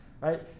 Right